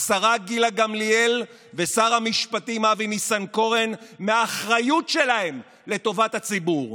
השרה גילה גמליאל ושר המשפטים אבי ניסנקורן מהאחריות שלהם לטובת הציבור,